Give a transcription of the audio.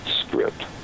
script